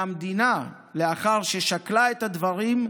והמדינה, לאחר ששקלה את הדברים,